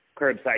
curbside